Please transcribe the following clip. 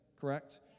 correct